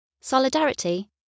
solidarity